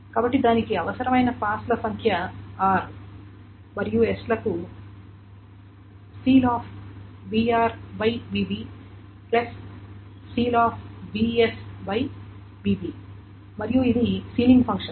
కాబట్టి దానికి అవసరమైన పాస్ల సంఖ్య r మరియు s లకు మరియు ఇది సీలింగ్ ఫంక్షన్